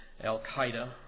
al-Qaeda